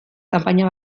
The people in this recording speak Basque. kanpaina